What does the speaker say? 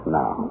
now